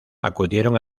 acudieron